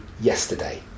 yesterday